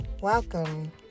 Welcome